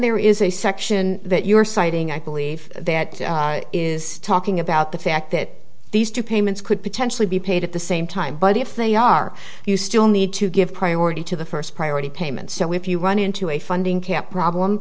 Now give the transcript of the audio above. there is a section that you are citing i believe that is talking about the fact that these two payments could potentially be paid at the same time but if they are you still need to give priority to the first priority payment so if you run into a funding cap problem